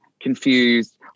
confused